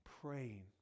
praying